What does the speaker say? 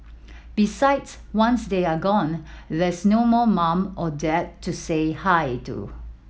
besides once they are gone there's no more mum or dad to say hi to